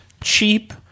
cheap